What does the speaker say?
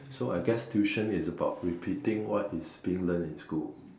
so I guess tuition is about repeating what is being learn in school